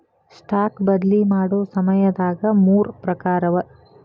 stock ಬದ್ಲಿ ಮಾಡೊ ಸಮಯದಾಗ ಮೂರ್ ಪ್ರಕಾರವ